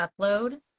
upload